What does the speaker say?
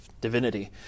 divinity